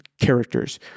characters